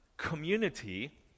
community